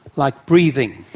like breathing.